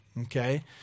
Okay